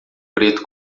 preto